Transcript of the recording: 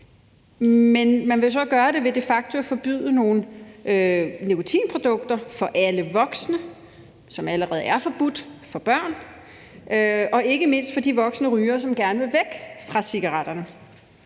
Men man vil jo så gøre det ved de facto at forbyde nogle nikotinprodukter for alle voksne, som allerede er forbudt for børn, og ikke mindst for de voksne rygere, som gerne vil væk fra cigaretterne.